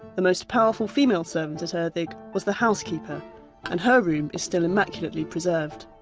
the most powerful female servant at erddig was the housekeeper and her room is still immaculately preserved.